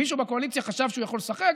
מישהו בקואליציה חשב שהוא יכול לשחק?